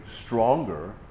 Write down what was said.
stronger